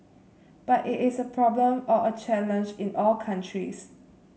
but it is a problem or a challenge in all countries